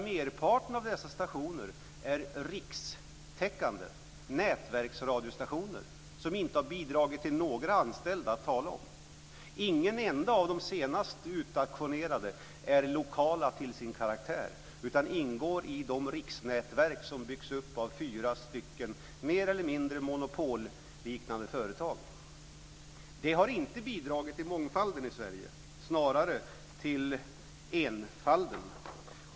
Merparten av dessa stationer är rikstäckande nätverksradiostationer, som inte har bidragit till några anställningar att tala om. Ingen enda av de senast utauktionerade är lokala till sin karaktär utan ingår i de riksnätverk som byggs upp av fyra stycken mer eller mindre monopolliknande företag. Det har inte bidragit till mångfalden i Sverige, snarare till enfalden.